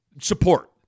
support